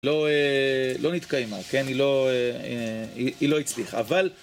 לא נתקיימה, כן? היא לא הצליחה. אבל